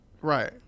Right